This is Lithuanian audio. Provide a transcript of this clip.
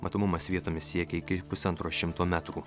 matomumas vietomis siekia iki pusantro šimto metrų